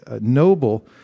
noble